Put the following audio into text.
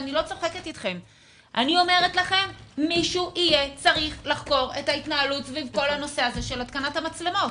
אני לא צוחקת מישהו יצטרך לחקור את כל העניין הזה של התקנת המצלמות,